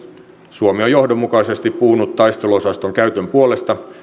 suomi on johdonmukaisesti puhunut taisteluosaston käytön puolesta